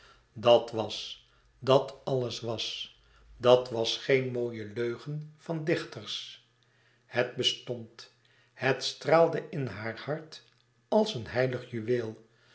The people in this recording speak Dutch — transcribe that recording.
dat wàs dat alles wàs dat was geen mooie leugen van dichters het bestond het straalde in haar hart als een heilig juweel